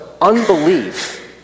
Unbelief